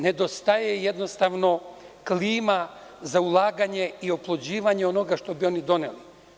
Nedostaje jednostavno klima za ulaganje i oplođivanje onoga što bi oni doneli.